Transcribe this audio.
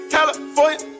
California